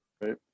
right